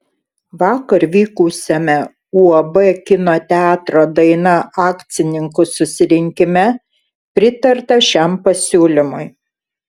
vakar vykusiame uab kino teatro daina akcininkų susirinkime pritarta šiam pasiūlymui